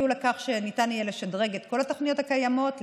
לכך שניתן יהיה לשדרג את כל התוכניות הקיימות,